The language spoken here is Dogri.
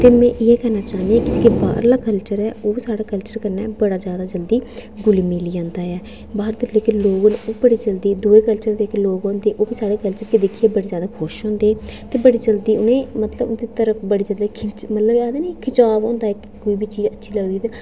कि में उ'नेंगी इ'यै गलाना चाह्नी आं कि जेह्ड़ा बाह्रला कल्चर ऐ ओह्बी साढ़े कन्नै बड़ा जादा जल्दी घुली मिली जंदा ऐ बाह्र दे जेह्ड़े लोक न दूए कल्चर दे लोक न ओह् बड़े जल्दी साढ़े कल्चर गी दिक्खियै बड़े जादा खुश होंदे ते बड़ी जादा उ'नेंईं मतलब बड़ी जल्दी मतलब एह् आक्खदे नी खिचाव होंदा इक्क कोई बिच चीज़ अच्छी लगदी ते